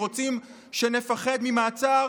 רוצים שנפחד ממעצר